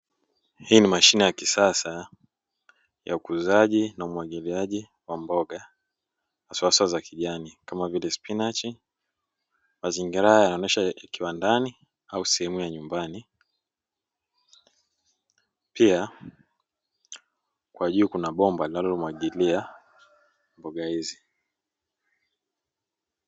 Hii ni mashine ya kisasa ya ukuzaji na umwagiliaji wa mboga hasa hasa za kijani kama vile spinachi, mazingira haya yanaonesha kiwandani au sehemu ya nyumbani, pia kwa juu kuna bomba linalomwagilia mboga hizi.